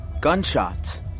Gunshots